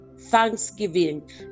thanksgiving